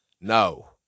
no